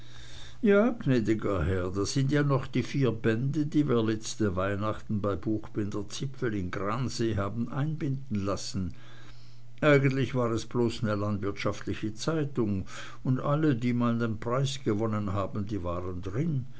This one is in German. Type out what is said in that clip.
ja gnäd'ger herr da sind ja noch die vier bände die wir letzte weihnachten bei buchbinder zippel in gransee haben einbinden lassen eigentlich war es bloß ne landwirtschaftliche zeitung und alle die mal nen preis gewonnen haben die waren drin